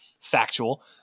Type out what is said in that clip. factual